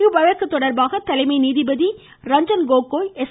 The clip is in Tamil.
இவ்வழக்கு தொடர்பாக தலைமை நீதிபதி ரஞ்சன்கோகோய் எஸ்